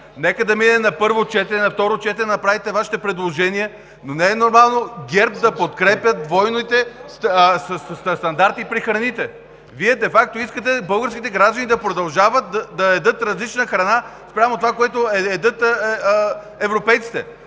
Нека да мине на първо четене, на второ четене да направите Вашите предложения, но не е нормално ГЕРБ да подкрепят двойните стандарти при храните. Вие де факто искате българските граждани да продължават да ядат различна храна спрямо това, което ядат европейците.